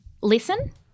listen